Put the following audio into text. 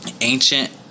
ancient